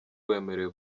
wemerewe